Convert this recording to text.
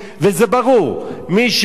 מי שקרא את הכתבה רק הבוקר,